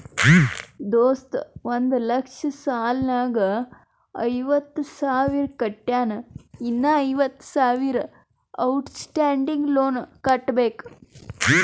ದೋಸ್ತ ಒಂದ್ ಲಕ್ಷ ಸಾಲ ನಾಗ್ ಐವತ್ತ ಸಾವಿರ ಕಟ್ಯಾನ್ ಇನ್ನಾ ಐವತ್ತ ಸಾವಿರ ಔಟ್ ಸ್ಟ್ಯಾಂಡಿಂಗ್ ಲೋನ್ ಕಟ್ಟಬೇಕ್